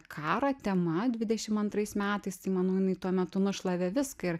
karo tema dvidešim antrais metais tai man jinai tuo metu nušlavė viską ir